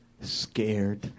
scared